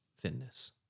thinness